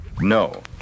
No